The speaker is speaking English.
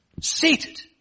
seated